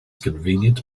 convenient